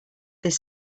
this